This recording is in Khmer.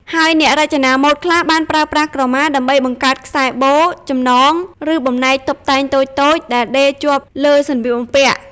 ហើយអ្នករចនាម៉ូដខ្លះបានប្រើក្រមាដើម្បីបង្កើតខ្សែបូ ចំណង ឬបំណែកតុបតែងតូចៗដែលដេរជាប់លើសម្លៀកបំពាក់។